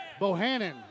Bohannon